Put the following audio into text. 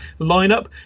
lineup